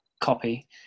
copy